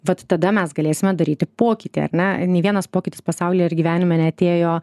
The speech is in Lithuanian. vat tada mes galėsime daryti pokytį ar ne nei vienas pokytis pasaulyje ir gyvenime neatėjo